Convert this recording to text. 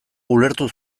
ulertu